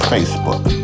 Facebook